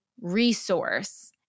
resource